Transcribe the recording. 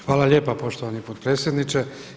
Hvala lijepa poštovani potpredsjedniče.